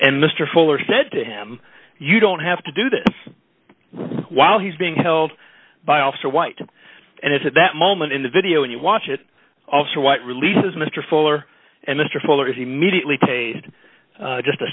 and mr fuller said to him you don't have to do this while he's being held by officer white and at that moment in the video when you watch it also what releases mr fuller and mr fuller is immediately taste just a